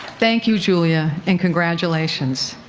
thank you julia and congratulations.